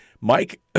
Mike